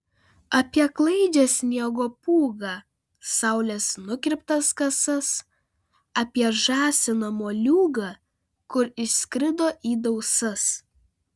apie klaidžią sniego pūgą saulės nukirptas kasas apie žąsiną moliūgą kur išskrido į dausas